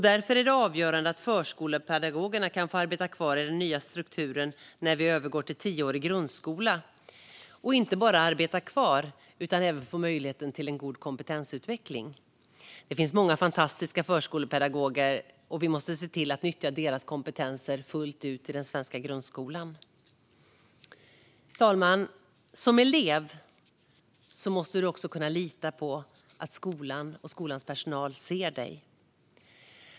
Därför är det avgörande att förskolepedagogerna kan få arbeta kvar i den nya strukturen när vi övergår till tioårig grundskola - och inte bara arbeta kvar utan även få möjlighet till en god kompetensutveckling. Det finns många fantastiska förskolepedagoger, och vi måste se till att nyttja deras kompetens fullt ut i den svenska grundskolan. Fru talman! Som elev måste du kunna lita på att skolan och skolans personal ser dig.